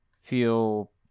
feel